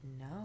no